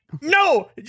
No